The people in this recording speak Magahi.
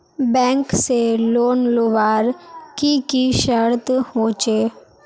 बैंक से लोन लुबार की की शर्त होचए?